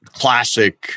classic